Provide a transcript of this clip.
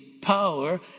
power